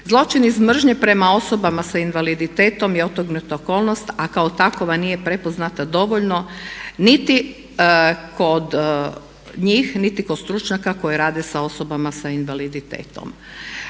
Zločin iz mržnje prama osoba sa invaliditetom je otegotna okolnost a kao takva nije prepoznata dovoljno niti kod njih, niti kod stručnjaka koji rade sa osobama sa invaliditetom.